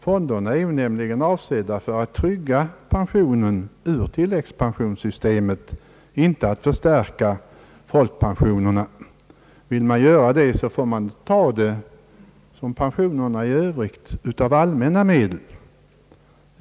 Fonderna är nämligen avsedda att trygga pensionerna enligt ATP-systemet, inte att förstärka folkpensionerna. Vill man förstärka folkpensionerna får de kostnaderna tas från samma håll som för pensionerna i övrigt — av allmänna medel.